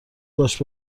باش